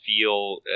feel